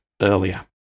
earlier